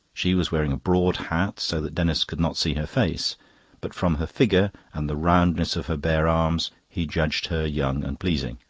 she was wearing a broad hat, so that denis could not see her face but from her figure and the roundness of her bare arms he judged her young and pleasing.